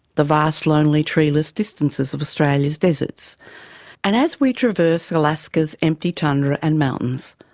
the vast lonely treeless distances of australia's deserts and as we traverse alaska's empty tundra and mountains,